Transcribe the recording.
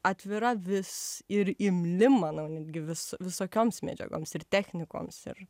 atvira vis ir imli manau netgi vis visokioms medžiagoms ir technikoms ir